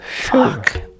Fuck